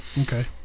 Okay